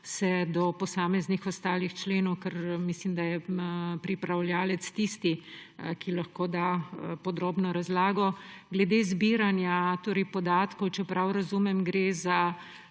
do posameznih ostalih členov, ker mislim, da je pripravljavec tisti, ki lahko poda podrobno razlago. Glede izbiranja podatkov, če prav razumem, verjetno